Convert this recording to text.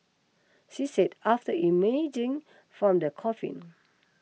she said after emerging from the coffin